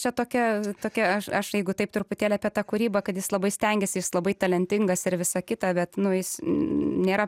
čia tokia tokia aš aš jeigu taip truputėlį apie tą kūrybą kad jis labai stengiasi jis labai talentingas ir visa kita bet nu jis nėra